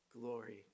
Glory